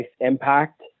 impact